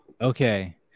Okay